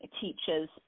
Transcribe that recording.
teachers